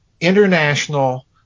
international